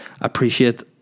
appreciate